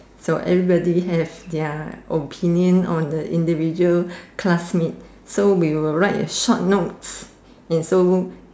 so everybody have their opinion on the individual classmate so we will write a short note and so